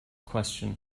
question